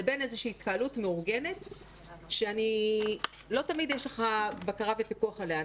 לבין איזושהי התקהלות מאורגנת שלא תמיד יש לך בקרה ופיקוח עליה.